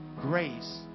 Grace